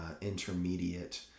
intermediate